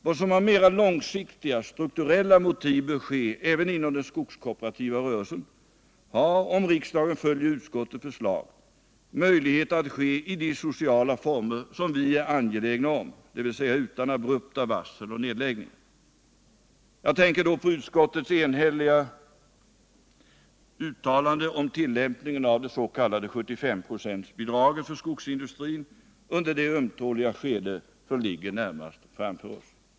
Vad som av mera långsiktiga, strukturella motiv bör ske även inom den skogskooperativa rörelsen har, om riksdagen följer utskottets förslag, möjligheter att ske i de sociala former som vi är angelägna om, dvs. utan abrupta varsel och Jag tänker på utskottets enhälliga uttalande om tillämpningen av det s.k. 75-procentsbidraget för skogsindustrin under det ömtåliga skede som ligger närmast framför oss.